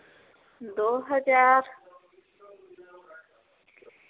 दो हज़ार